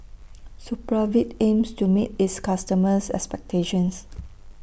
Supravit aims to meet its customers' expectations